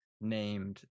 named